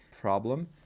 problem